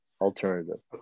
alternative